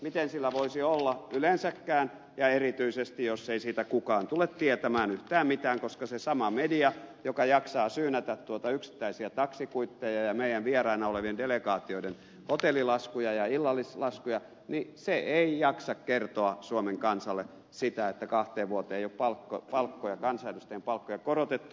miten sillä voisi olla yleensäkään ja erityisesti jos ei siitä kukaan tule tietämään yhtään mitään koska se sama media joka jaksaa syynätä yksittäisiä taksikuitteja ja meidän vieraina olevien delegaatioiden hotellilaskuja ja illallislaskuja niin se ei jaksa kertoa suomen kansalle sitä että kahteen vuoteen ei ole kansanedustajien palkkoja korotettu